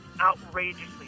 outrageously